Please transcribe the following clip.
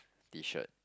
T shirt